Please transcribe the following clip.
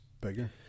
bigger